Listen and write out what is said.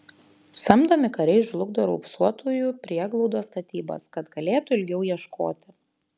samdomi kariai žlugdo raupsuotųjų prieglaudos statybas kad galėtų ilgiau ieškoti